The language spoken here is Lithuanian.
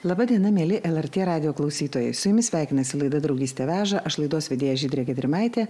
laba diena mieli lrt radijo klausytojai su jumis sveikinasi laida draugystė veža aš laidos vedėja žydrė gedrimaitė